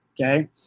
Okay